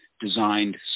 designed